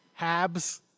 Habs